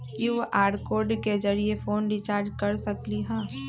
QR code के जरिय phone recharge कर सकली ह?